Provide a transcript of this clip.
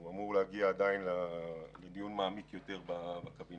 הוא אמור להגיע לדיון מעמיק יותר בקבינט.